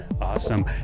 Awesome